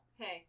Okay